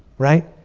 right?